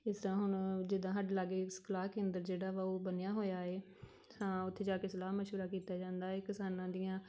ਜਿਸ ਤਰ੍ਹਾਂ ਹੁਣ ਜਿੱਦਾਂ ਸਾਡੇ ਲਾਗੇ ਸਲਾਹ ਕੇਂਦਰ ਜਿਹੜਾ ਵਾ ਉਹ ਬਣਿਆ ਹੋਇਆ ਹੈ ਤਾਂ ਉੱਥੇ ਜਾ ਕੇ ਸਲਾਹ ਮਸ਼ਵਰਾ ਕੀਤਾ ਜਾਂਦਾ ਹੈ ਕਿਸਾਨਾਂ ਦੀਆਂ